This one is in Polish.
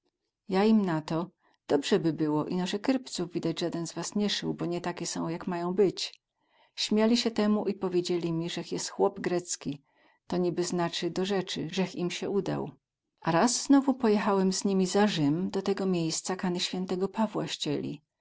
ja im na to dobrze by było ino ze kyrpców widać zaden z was nie sył bo nie takie są jak mają być śmiali sie temu i powiedzieli mi zech jes chłop grecki to niby znacy do rzecy zech im sie udał a raz znowu pojechałech z nimi za rzym do tego miejsca kany świętego pawła